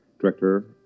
director